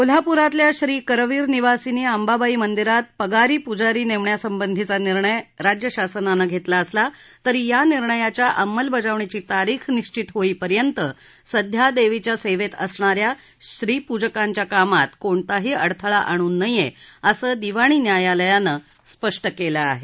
कोल्हाप्रातल्या श्री करवीर निवासिनी अंबाबाई मंदिरात पगारी प्जारी नेमण्यासंबंधीचा निर्णय राज्य शासनानं घेतला असला तरी या निर्णयाच्या अंमलबजावणीची तारीख निश्चित होईपर्यंत सध्या देवीच्या सेवेत असणाऱ्या श्री प्जकांच्या कामात कोणताही अडथळा आणू नये असं दिवाणी न्यायालयानं स्पष्ट केले आहे